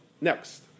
Next